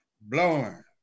Blowing